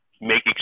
make